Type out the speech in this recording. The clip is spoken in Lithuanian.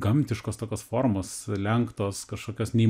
gamtiškos tokios formos lenktos kažkokios nei